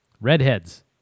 Redheads